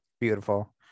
beautiful